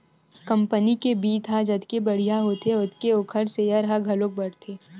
company के बित्त ह जतके बड़िहा होथे ओतके ओखर सेयर ह घलोक बाड़थे